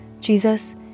Jesus